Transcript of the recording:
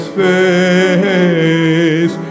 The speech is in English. face